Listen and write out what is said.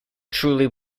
truly